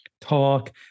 talk